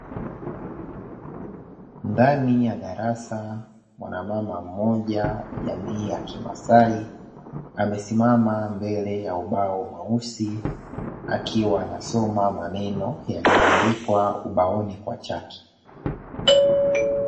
Ndani ya darasa, mwana mama mmoja wa jamii ya kimasai amesimama mbele ya ubao mweusi, akiwa anasoma maneno yaliyoandikwa ubaoni kwa chaki.